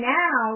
now